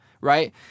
right